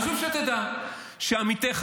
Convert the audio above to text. חשוב שתדע שעמיתיך,